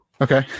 Okay